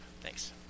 thanks